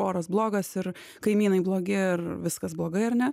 oras blogas ir kaimynai blogi ir viskas blogai ar ne